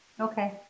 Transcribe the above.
Okay